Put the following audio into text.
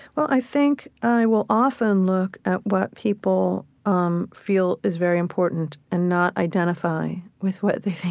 well, i think i will often look at what people um feel is very important and not identify with what they think